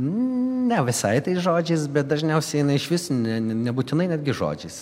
ne visai tais žodžiais bet dažniausiai eina išvis ne nebūtinai netgi žodžiais